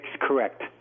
correct